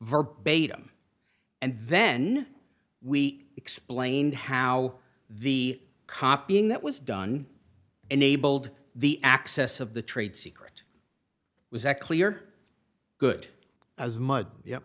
verbatim and then we explained how the copying that was done and abled the access of the trade secret was that clear good as mud yeah